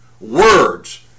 Words